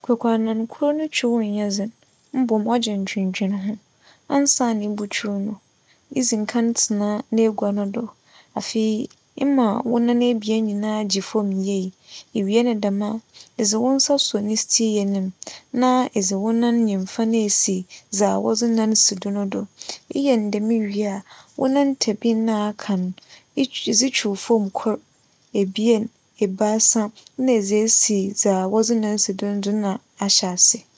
Kwekuanankor no twuw nnyɛ dzen mbom ͻgye ndwendwenho. Ansaana ibotwuw no, idzi nkan tsena n'egua no do. Afei, ema wo nan ebien nyinaa gye famu yie. Iwie no dɛm a, edze wo nsa suo ne steer no mu na edze wo na nyimfa no edzi dza wͻdze nan si do no do. Eyɛ no dɛm wie a, wo nan tabin no a aka no, itwu- edze twuw famu kor, ebien, ebiasa nna edze esi dza wͻdze nan si do no do na ahyɛ ase